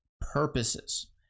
purposes